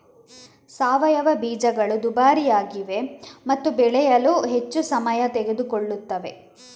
ಸಾವಯವ ಬೀಜಗಳು ದುಬಾರಿಯಾಗಿವೆ ಮತ್ತು ಬೆಳೆಯಲು ಹೆಚ್ಚು ಸಮಯ ತೆಗೆದುಕೊಳ್ಳುತ್ತವೆ